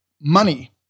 Money